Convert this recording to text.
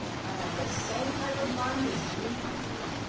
i have the same type of mind as jean briggerland's,